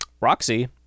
Roxy